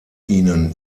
ihnen